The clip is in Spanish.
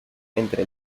entre